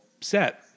set